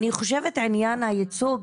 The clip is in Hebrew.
אני חושבת עניין הייצוג,